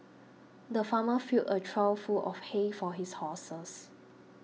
the farmer filled a trough full of hay for his horses